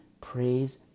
praise